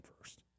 first